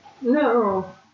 No